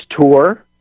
tour